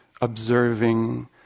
observing